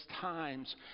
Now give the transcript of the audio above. times